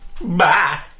Bye